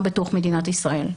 גם בתוך מדינת ישראל,